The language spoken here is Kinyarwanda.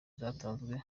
zatanzwe